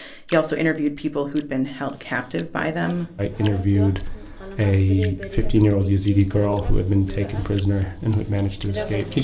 he also interviewed people who'd been held captive by them i interviewed a fifteen year old yazidi girl who had been taken prisoner and managed to escape